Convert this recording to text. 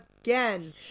again